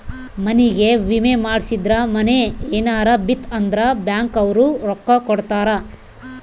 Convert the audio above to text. ಮನಿಗೇ ವಿಮೆ ಮಾಡ್ಸಿದ್ರ ಮನೇ ಯೆನರ ಬಿತ್ ಅಂದ್ರ ಬ್ಯಾಂಕ್ ಅವ್ರು ರೊಕ್ಕ ಕೋಡತರಾ